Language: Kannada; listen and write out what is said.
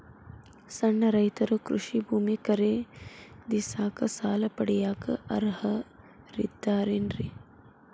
ಸಣ್ಣ ರೈತರು ಕೃಷಿ ಭೂಮಿ ಖರೇದಿಸಾಕ, ಸಾಲ ಪಡಿಯಾಕ ಅರ್ಹರಿದ್ದಾರೇನ್ರಿ?